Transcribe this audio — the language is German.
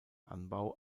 anbau